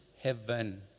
heaven